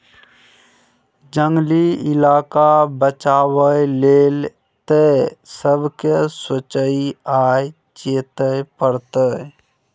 जंगली इलाका बचाबै लेल तए सबके सोचइ आ चेतै परतै